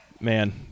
man